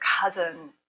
cousin